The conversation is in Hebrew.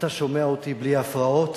אתה שומע אותי בלי הפרעות,